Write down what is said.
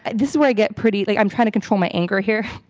this is where i get pretty, like i'm trying to control my anger here.